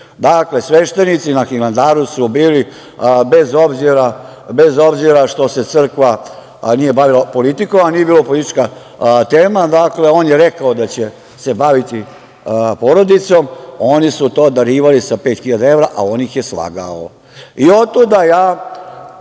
evra. Dakle, sveštenici na Hilandaru su bili, bez obzira što se crkva nije bavila politikom, a nije bila politička tema, on je rekao da će se baviti porodicom, oni su to darivali sa 5.000 evra a on ih je slagao. I otuda ja